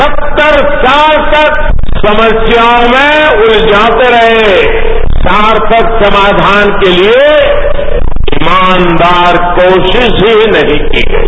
सत्तर साल तक समस्याओं में उलझाते रहे सार्थक समाधान के लिए ईमानदार कोशिश ही नहीं की गई